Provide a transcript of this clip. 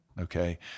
Okay